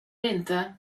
inte